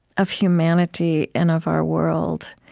of humanity and of our world